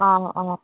অঁ অঁ